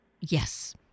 Yes